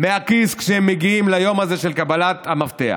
מהכיס כשהם מגיעים ליום הזה של קבלת המפתח.